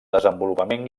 desenvolupament